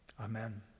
Amen